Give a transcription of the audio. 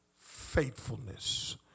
faithfulness